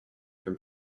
from